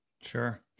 Sure